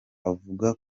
avuga